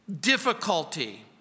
difficulty